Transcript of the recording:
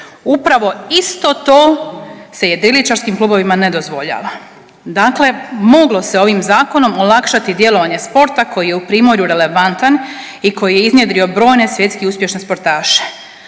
Upravo isto to se jedriličarskim klubovima ne dozvoljava. Dakle, moglo se ovim Zakonom olakšati djelovanje sporta koji je u primorju relevantan i koji je iznjedrio brojne svjetski uspješne sportaše.